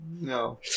No